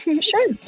Sure